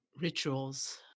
rituals